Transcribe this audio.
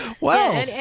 wow